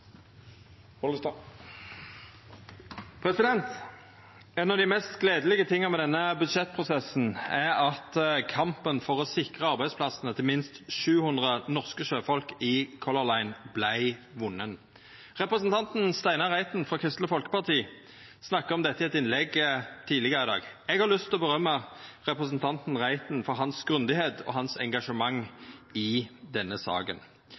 2019. Ein av dei mest gledelege tinga med denne budsjettprosessen er at kampen for å sikra arbeidsplassane til minst 700 norske sjøfolk i Color Line vart vunnen. Representanten Steinar Reiten frå Kristeleg Folkeparti snakka om dette i eit innlegg tidlegare i dag. Eg har lyst til å rosa representanten Reiten for grundigheita og engasjementet hans i denne saka.